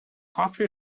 coffee